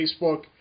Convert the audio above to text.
Facebook